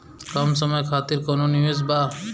कम समय खातिर कौनो निवेश बा?